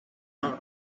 cubano